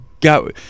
go